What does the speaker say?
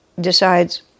decides